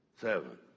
Seven